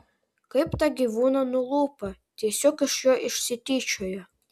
kaip tą gyvūną nulupa tiesiog iš jo išsityčioja